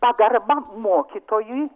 pagarba mokytojui